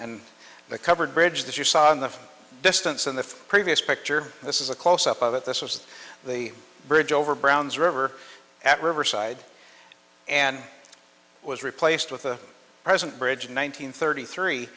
and the covered bridge that you saw in the distance in the previous picture this is a close up of it this was the bridge over browns river at riverside and was replaced with the present bridge in one nine hundred thirty three